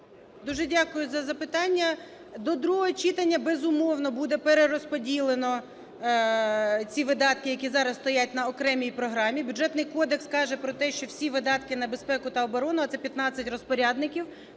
Дуже дякую за запитання. До другого читання, безумовно, буде перерозподілено ці видатки, які зараз стоять на окремій програмі. Бюджетний кодекс каже про те, що всі видатки на безпеку та оборону, а це 15 розпорядників,